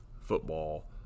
football